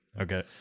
Okay